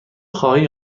خواهی